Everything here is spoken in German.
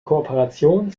kooperation